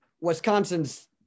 Wisconsin's